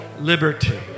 liberty